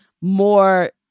More